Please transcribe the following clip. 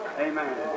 Amen